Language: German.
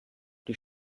die